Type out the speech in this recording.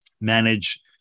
manage